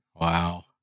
Wow